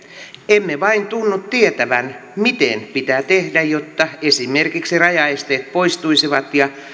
emme vain tunnu tietävän miten pitää tehdä jotta esimerkiksi rajaesteet poistuisivat ja